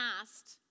asked